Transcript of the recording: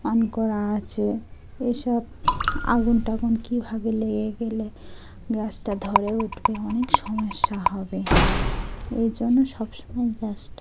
on করা আছে এইসব আগুন টাগুন কীভাবে লেগে গেলে গ্যাসটা ধরে উঠবে অনেক সমস্যা হবে এই জন্য সবসময় গ্যাসটা